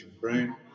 brain